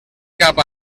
cap